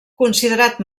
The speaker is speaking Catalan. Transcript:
considerat